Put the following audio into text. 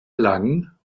lang